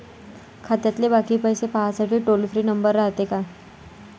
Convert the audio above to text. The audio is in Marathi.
खात्यातले बाकी पैसे पाहासाठी टोल फ्री नंबर रायते का?